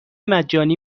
مجانی